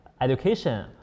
education